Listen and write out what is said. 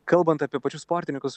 kalbant apie pačius sportininkus